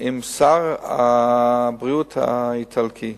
עם שר הבריאות האיטלקי,